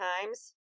times